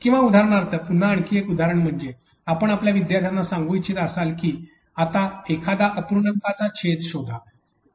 किंवा उदाहरणार्थ पुन्हा आणखी एक उदाहरण म्हणजे आपण आपल्या विद्यार्थ्यांना सांगू इच्छित आहात की आता एखादा अपूर्णांकांचा छेद शोधा